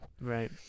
right